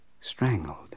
Strangled